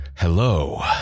Hello